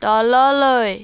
তললৈ